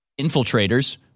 infiltrators